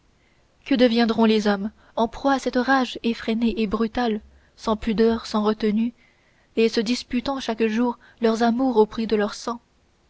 que deviendront les hommes en proie à cette rage effrénée et brutale sans pudeur sans retenue et se disputant chaque jour leurs amours au prix de leur sang